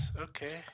okay